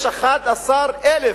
יש 11,000